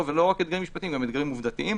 ולא רק אתגרים משפטיים אלא גם אתגרים עובדתיים